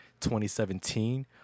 2017